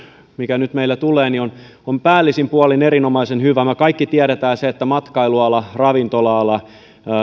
mikä nyt meille tulee on on päällisin puolin erinomaisen hyvä me kaikki tiedämme sen että matkailuala ravintola ala